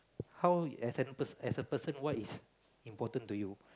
how as an as a person what is important to you